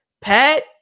Pat